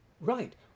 Right